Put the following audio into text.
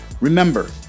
Remember